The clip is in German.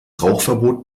rauchverbot